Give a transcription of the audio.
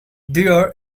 there